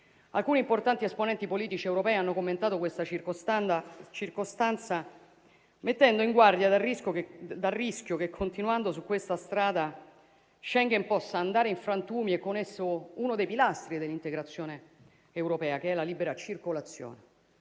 Alcuni importanti esponenti politici europei hanno commentato questa circostanza mettendo in guardia dal rischio che, continuando su questa strada, Schengen possa andare in frantumi e con esso uno dei pilastri dell'integrazione europea, che è la libera circolazione.